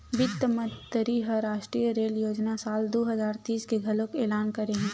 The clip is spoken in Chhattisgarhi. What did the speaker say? बित्त मंतरी ह रास्टीय रेल योजना साल दू हजार तीस के घलोक एलान करे हे